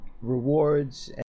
rewards